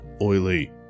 oily